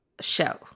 show